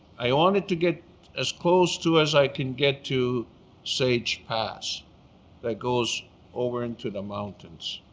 i wanted to get as close to as i can get to sage pass that goes over into the mountains.